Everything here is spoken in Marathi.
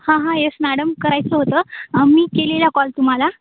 हां हां यस मॅडम करायचं होतं मी केलेला कॉल तुम्हाला